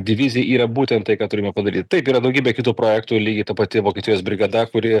divizijai yra būtent tai ką turime padaryt taip yra daugybė kitų projektų lygiai ta pati vokietijos brigada kuri